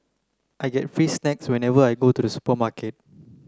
I get free snacks whenever I go to the supermarket